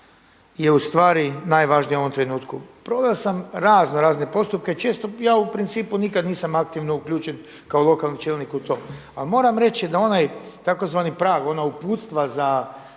je ustvari najvažnija u ovom trenutku. Proveo sam razno razne postupke, često ja u principu nikad nisam aktivno uključen kao lokalni čelnik u to. Ali moram reći da onaj tzv. prag, ona uputstva za